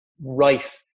rife